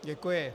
Děkuji.